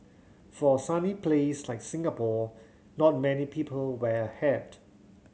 for a sunny place like Singapore not many people wear a hat